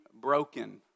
broken